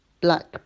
black